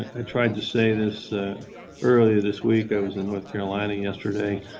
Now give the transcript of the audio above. i tried to say this earlier this week. i was in north carolina yesterday.